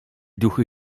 duchy